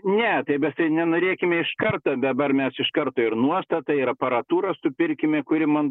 ne tai mes tai nenorėkime iš karto dabar mes iš karto ir nuostatai ir aparatūrą supirkime kuri man